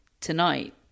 tonight